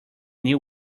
new